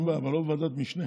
אין בעיה, אבל לא בוועדת משנה.